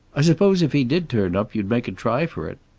i suppose if he did turn up you'd make try for it.